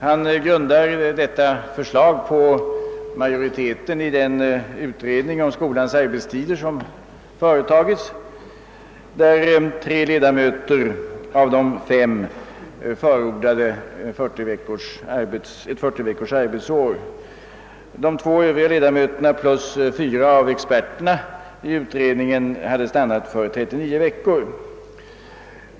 Han har grundat sitt förslag på uppfattningen hos majoriteten i den utredning om skolans arbetstider som verkställts och i vilken tre ledamöter av de fem har förordat 40-veckors arbetsår. De två övriga ledamöterna plus fyra av utredningens experter har stannat för 39 veckor.